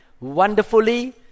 wonderfully